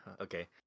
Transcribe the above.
Okay